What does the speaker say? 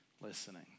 listening